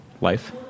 life